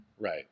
Right